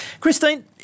Christine